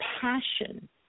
passion